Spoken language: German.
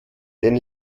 denn